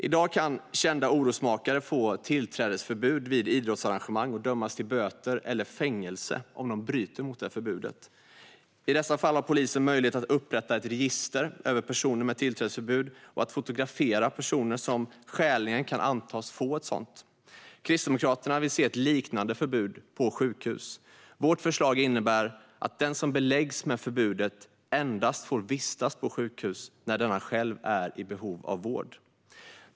I dag kan kända orosmakare få tillträdesförbud vid idrottsarrangemang och dömas till böter eller fängelse om de bryter mot förbudet. I det fallet har polisen möjlighet att upprätta ett register över personer med tillträdesförbud och att fotografera personer som skäligen kan antas få ett sådant. Kristdemokraterna vill se ett liknande förbud på sjukhus. Vårt förslag innebär att den som beläggs med förbudet endast får vistas på sjukhus när denna själv är i behov av vård.